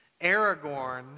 Aragorn